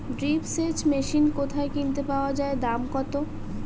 Drip সেচ machine কোথায় কিনতে পাওয়া যায় দাম কত?